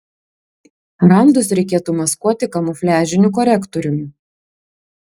randus reikėtų maskuoti kamufliažiniu korektoriumi